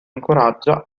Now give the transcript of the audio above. incoraggia